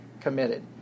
committed